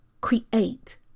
create